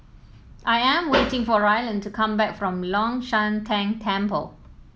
I am waiting for Ryland to come back from Long Shan Tang Temple